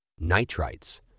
nitrites